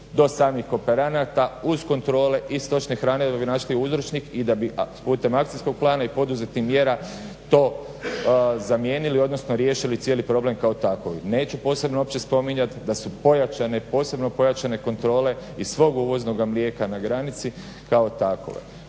do samih kooperanata uz kontrole i stočne hrane da bi našli uročnik, i da bi putem akcijskog plana i poduzetih mjera to zamijenili odnosno riješili cijeli problem kao tako. Neću posebno opće spominjat da su pojačane, posebno pojačane kontrole iz svog uvoznog mlijeka na granici kao takove.